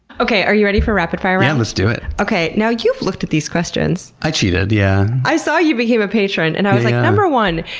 okay. are you ready for rapid fire round? let's do it. okay. now, you've looked at these questions. i cheated, yeah. i saw you became a patron and i was like, number one,